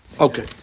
Okay